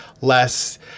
less